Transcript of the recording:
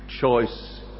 choice